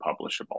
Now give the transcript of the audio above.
publishable